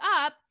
up